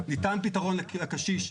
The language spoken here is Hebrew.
ניתן פתרון לקשיש.